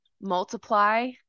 multiply